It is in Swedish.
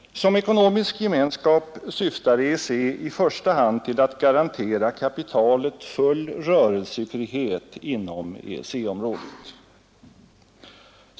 Som ekonomisk gemenskap syftar EEC i första hand till att garantera kapitalet full rörelsefrihet inom EEC-området.